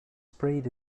sprayed